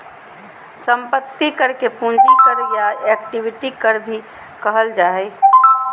संपत्ति कर के पूंजी कर या इक्विटी कर भी कहल जा हइ